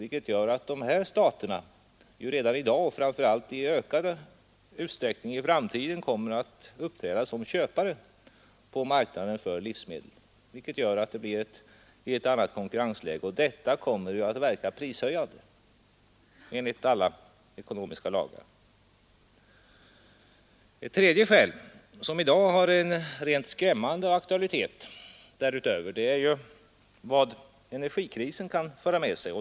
Dessa stater uppträder redan i dag och kommer framför allt i ökande utsträckning i framtiden att uppträda som köpare på livsmedelsmarknaden, vilket gör att det där blir ett annat konkurrensläge som enligt alla ekonomiska lagar kommer att verka prishöjande. Därutöver finns ett tredje skäl som i dag har en rent skrämmande aktualitet, nämligen vad energikrisen kan föra med sig.